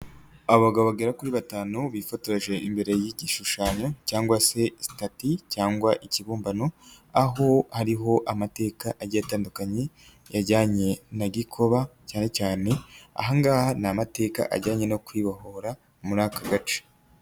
Abagabo bagera kuri batanu bifotoje imbere y'igishushanyo cyangwa sitati cyangwa ikibumbano, aho ari amateka agiye atandukanye, ajyanye na Gikoba cyane cyane aha ngaha ni amateka ajyanye no kwibohora muri aka gace.